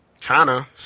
China